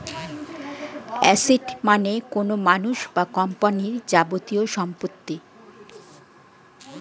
asset মানে কোনো মানুষ বা কোম্পানির যাবতীয় সম্পত্তি